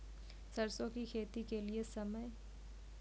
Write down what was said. सरसों की खेती के लिए समय?